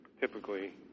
typically